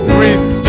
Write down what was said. restore